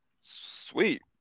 Sweet